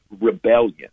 rebellion